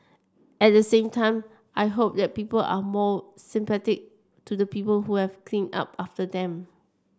at the same time I hope that people are more to the people who have clean up after them